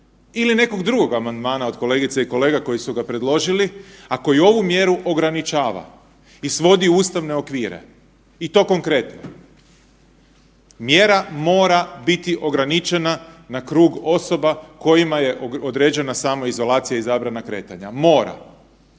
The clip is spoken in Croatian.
ili nekog drugog amandmana od kolegica i kolega koji su ga predložili, a koji ovu mjeru ograničava i svodi u ustavne okvire i to konkretno. Mjera mora biti ograničena na krug osoba kojima je određena samoizolacija i zabrana kretanja, mora.